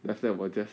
then after that 我 just